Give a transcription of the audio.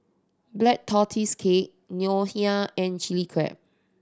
Black Tortoise Cake Ngoh Hiang and Chili Crab